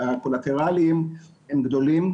הקולטרליים הם גדולים,